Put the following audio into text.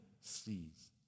sees